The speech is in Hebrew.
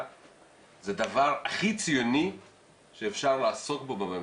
זה דבר הכי ציוני שאפשר לעסוק בו בממשלה,